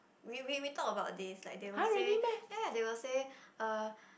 we we we talk about this like these will say ya ya they will say uh